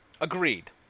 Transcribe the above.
Agreed